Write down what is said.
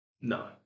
no